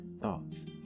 thoughts